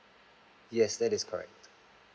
yes that is correct